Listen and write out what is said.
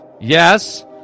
Yes